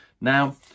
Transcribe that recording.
Now